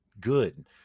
good